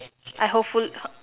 I hopeful